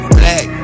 black